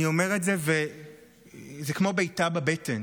אני אומר את זה, וזה כמו בעיטה בבטן,